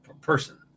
person